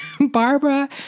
Barbara